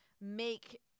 make